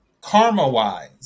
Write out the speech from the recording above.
karma-wise